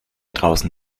draußen